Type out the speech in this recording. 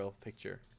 picture